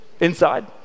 Inside